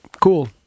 cool